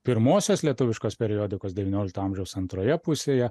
pirmosios lietuviškos periodikos devyniolikto amžiaus antroje pusėje